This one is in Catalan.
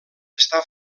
està